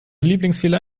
lieblingsfehler